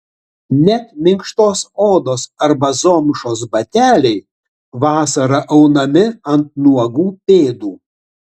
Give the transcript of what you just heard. net minkštos odos arba zomšos bateliai vasarą aunami ant nuogų pėdų